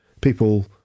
people